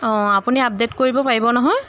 অঁ আপুনি আপডেট কৰিব পাৰিব নহয়